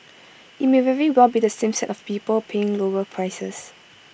IT may very well be the same set of people paying lower prices